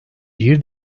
bir